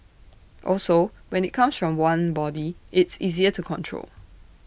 also when IT comes from one body it's easier to control